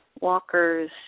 walkers